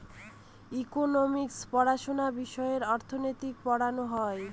economics পড়াশোনা বিষয়ে অর্থনীতি পড়ানো হয়